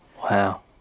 Wow